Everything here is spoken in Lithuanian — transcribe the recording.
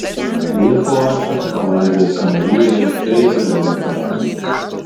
jehoašą palaidojo samarijoje prie izraelio karalių